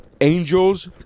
angels